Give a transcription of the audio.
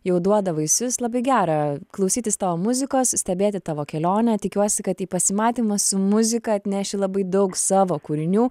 jau duoda vaisius labai gera klausytis tavo muzikos stebėti tavo kelionę tikiuosi kad į pasimatymą su muzika atneši labai daug savo kūrinių